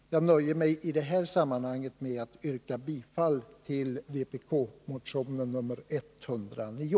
Jag nöjer migi detta sammanhang med att yrka bifall till vpk-motionen nr 109.